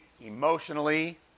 emotionally